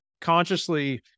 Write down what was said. consciously